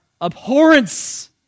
abhorrence